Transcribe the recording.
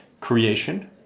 creation